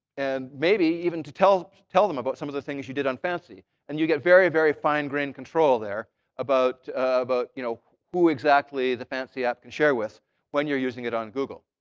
and maybe even to tell tell them about some of the things you did on fancy. and you get very, very fine-grained control there about about you know who exactly the fancy app you'd share with when you're using it on google.